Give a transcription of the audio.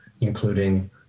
including